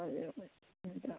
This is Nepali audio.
ए हुन्छ